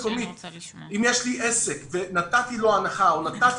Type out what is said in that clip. אם יש לי עסק ונתתי לו הנחה או נתתי